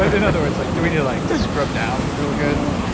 in other words, like do we need like to scrub down real good?